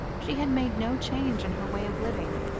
she had made no change in her way of living.